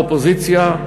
אופוזיציה,